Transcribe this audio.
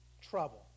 trouble